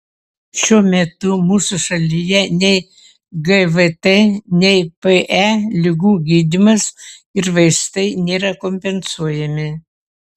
šiuo metu mūsų šalyje nei gvt nei pe ligų gydymas ir vaistai nėra kompensuojami